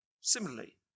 similarly